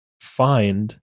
find